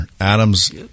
Adam's